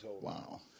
Wow